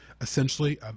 essentially